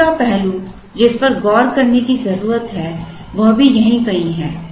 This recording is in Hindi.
दूसरा पहलू जिस पर गौर करने की जरूरत है वह भी यहीं कहीं है